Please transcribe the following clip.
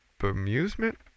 amusement